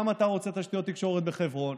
גם אתה רוצה תשתיות תקשורת בחברון,